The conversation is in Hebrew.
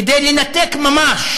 כדי לנתק ממש